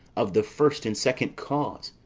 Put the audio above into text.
of the first and second cause.